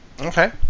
Okay